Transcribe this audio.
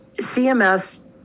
CMS